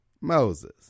Moses